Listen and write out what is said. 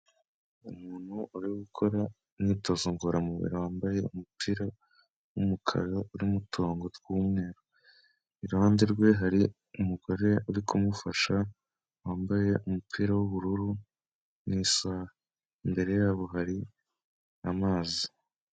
Umuntu uri gukora imyitozo ngororamubiri wambaye umupira w'umukara, urimo uturongo tw'umweru. Iruhande rwe hari umugore uri kumufasha, wambaye umupira w'ubururu n'isaha. Imbere yabo hari amazi.